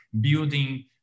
building